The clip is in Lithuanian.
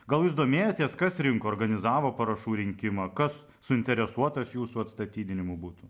gal jūs domėjotės kas rinko organizavo parašų rinkimą kas suinteresuotas jūsų atstatydinimu būtų